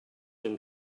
him